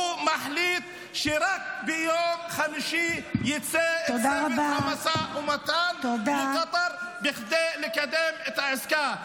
הוא מחליט שרק ביום חמישי יצא צוות המשא ומתן לקטר בכדי לקדם את העסקה.